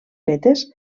fetes